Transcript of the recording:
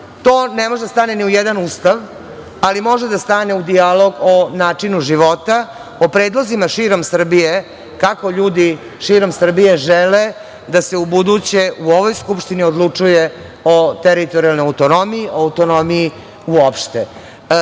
To ne može da stane ni u jedan ustav, ali može da stane u dijalog o načinu životu, o predlozima širom Srbije kako ljudi širom Srbije žele da se u buduće u ovoj Skupštini odlučuje o teritorijalnoj autonomiji, o autonomiji uopšte,